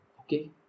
okay